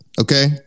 Okay